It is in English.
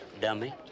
dummy